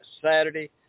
Saturday